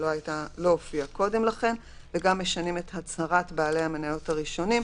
שלא הופיעה קודם לכן; וגם משנים את הצהרת בעלי המניות הראשונים.